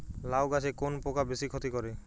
লাউ গাছে কোন পোকা বেশি ক্ষতি করে?